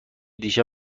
دیشب